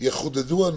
הנהלים יחודדו,